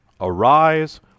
arise